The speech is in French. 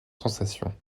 sensation